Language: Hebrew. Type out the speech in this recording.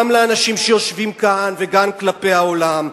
גם לאנשים שיושבים כאן וגם כלפי העולם.